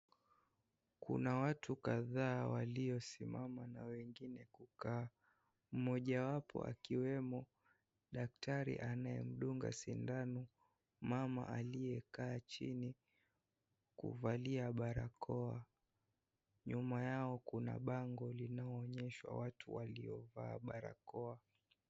Kuna watu kadhaa waliosimama na wengine kukaa. Mmoja wapo akiwemo daktari anayemdunga sindano mama aliyekaa chini, kuvalia barakoa. Nyuma yao, kuna bango linayoonyesha watu waliovaa barakoa.